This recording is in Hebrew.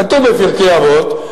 זה כתוב בפרקי אבות.